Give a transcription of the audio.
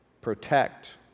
protect